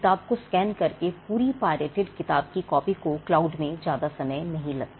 किताब को स्कैन करके पूरी पाइरेटेड किताब की कॉपी को क्लाउड में ज्यादा समय नहीं लगता